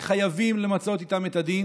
וחייבים למצות את איתם את הדין.